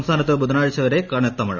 സംസ്ഥാനത്ത് ബുധനാഴ്ച വരെ കനത്ത മഴ